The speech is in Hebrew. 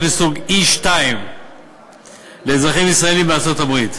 מסוג E-2 לאזרחים ישראלים בארצות-הברית.